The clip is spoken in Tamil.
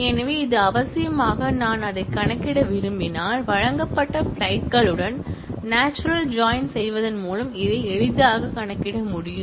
எனவே அது அவசியமாக நான் அதைக் கணக்கிட விரும்பினால் வழங்கப்பட்ட பிளைட்களுடன் நேச்சுரல் ஜாய்ன் பிளைட் செய்வதன் மூலம் இதை மிக எளிதாக கணக்கிட முடியும்